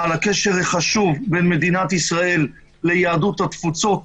על הקשר החשוב בין מדינת ישראל ליהדות התפוצות,